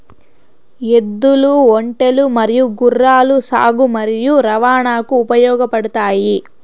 ఎద్దులు, ఒంటెలు మరియు గుర్రాలు సాగు మరియు రవాణాకు ఉపయోగపడుతాయి